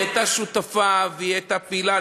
היא הייתה שותפה והיא הייתה פעילה,